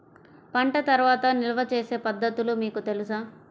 పంట తర్వాత నిల్వ చేసే పద్ధతులు మీకు తెలుసా?